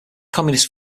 communist